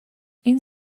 این